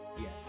Yes